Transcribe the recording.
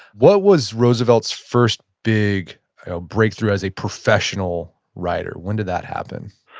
what was roosevelt's first big breakthrough as a professional writer? when did that happen?